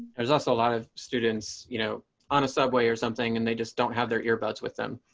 there's also a lot of students, you know, on a subway or something, and they just don't have their earbuds with them.